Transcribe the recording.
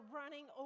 running